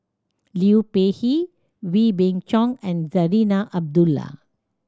Liu Peihe Wee Beng Chong and Zarinah Abdullah